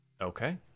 Okay